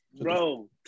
Bro